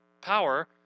power